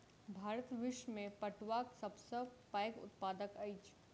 भारत विश्व में पटुआक सब सॅ पैघ उत्पादक अछि